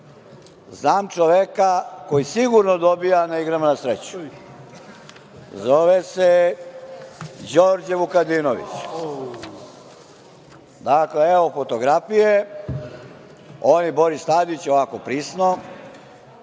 znam čoveka koji sigurno dobija na igrama na sreću. Zove se Đorđe Vukadinović. Dakle, evo fotografije, on i Boris Tadić, ovako prisno.Za